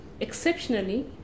exceptionally